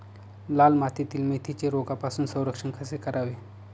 लाल मातीतील मेथीचे रोगापासून संरक्षण कसे करावे?